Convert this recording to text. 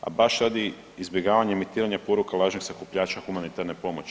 A baš radi izbjegavanja emitiranja poruka lažnih sakupljača humanitarne pomoći.